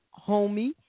homie